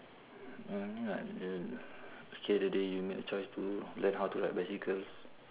you mean what the the other day you made the choice to learn how to ride bicycles